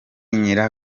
nyira